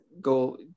go